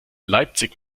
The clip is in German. leipzig